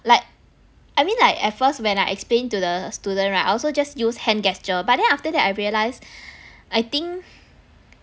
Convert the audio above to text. like I mean like at first when I explain to the student right I also just use hand gesture but then after that I realise I think